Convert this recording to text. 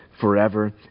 forever